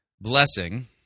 blessing